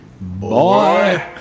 Boy